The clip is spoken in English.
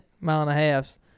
mile-and-a-half